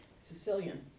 Sicilian